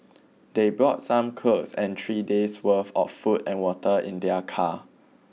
they brought some clothes and three days' worth of food and water in their car